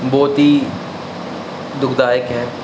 ਬਹੁਤ ਹੀ ਦੁਖਦਾਇਕ ਹੈ